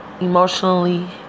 Emotionally